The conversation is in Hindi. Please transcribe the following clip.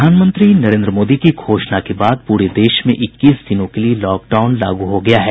प्रधानमंत्री नरेन्द्र मोदी की घोषणा के बाद पूरे देश में इक्कीस दिनों के लिए लॉकडाउन लागू हो गया है